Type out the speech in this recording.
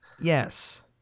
yes